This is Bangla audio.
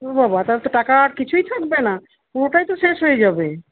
ও বাবা তাহলে তো টাকা আর কিছুই থাকবে না পুরোটাই তো শেষ হয়ে যাবে